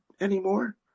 anymore